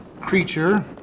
creature